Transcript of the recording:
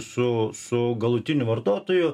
su su galutiniu vartotoju